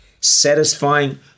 satisfying